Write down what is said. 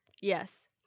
Yes